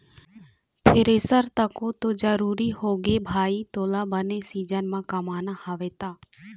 thresher तको तो जरुरी होगे भाई तोला बने सीजन म कमाना हवय त